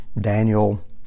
Daniel